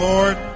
Lord